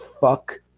Fuck